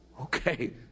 Okay